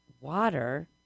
water